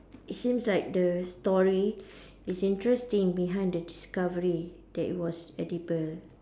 it seems like the story is interesting behind the discovery that it was edible